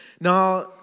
Now